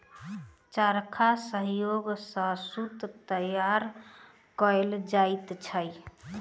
चरखाक सहयोग सॅ सूत तैयार कयल जाइत अछि